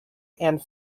and